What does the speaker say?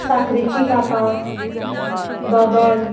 साकरेचीं कापां दोदल